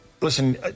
listen